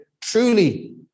truly